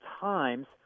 times